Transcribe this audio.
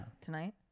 Tonight